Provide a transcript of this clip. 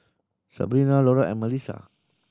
Sebrina Laura and Malissa